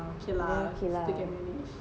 then okay lah